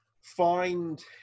find